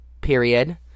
Period